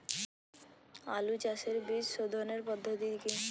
আলু চাষের বীজ সোধনের পদ্ধতি কি?